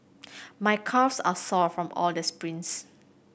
my calves are sore from all the sprints